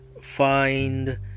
find